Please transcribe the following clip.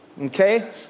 Okay